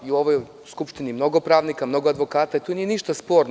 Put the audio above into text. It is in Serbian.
U ovoj Skupštini ima mnogo pravnika i mnogo advokata i tu nije ništa sporno.